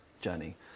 journey